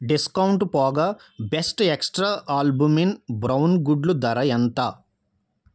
discount పోగా best extra albumin brown గుడ్లు ధర ఎంత